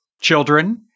Children